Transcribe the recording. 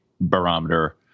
barometer